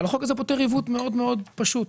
אבל, החוק הזה פותר עיוות מאוד מאוד פשוט,